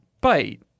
bite